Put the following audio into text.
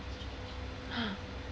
!huh!